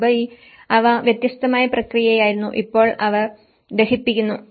മുമ്പ് അവ വ്യത്യസ്തമായ പ്രക്രിയയായിരുന്നു ഇപ്പോൾ അവർ ദഹിപ്പിക്കുന്നു